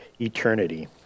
eternity